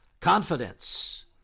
confidence